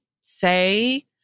say